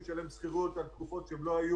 לשלם שכירויות על תקופות שהם לא היו.